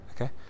okay